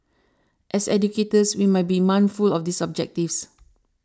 as educators we might be mindful of these objectives